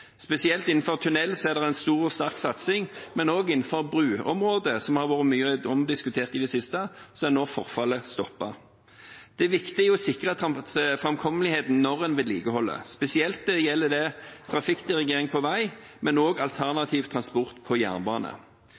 Spesielt innenfor tunnel er det en stor og sterk satsing, men også innenfor broområdet, som har vært mye omdiskutert i det siste, er nå forfallet stoppet. Det er viktig å sikre framkommeligheten når en vedlikeholder. Spesielt gjelder det trafikkdirigering på vei, men det gjelder også alternativ transport på jernbane.